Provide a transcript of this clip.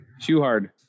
Shoehard